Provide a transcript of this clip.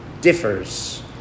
differs